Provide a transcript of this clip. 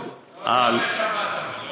מספיק לי לראות אותו.